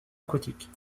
aquatiques